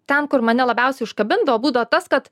ten kur mane labiausiai užkabindavo būdavo tas kad